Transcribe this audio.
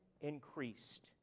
increased